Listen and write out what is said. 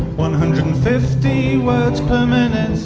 one hundred and fifty words per minute,